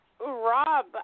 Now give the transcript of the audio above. Rob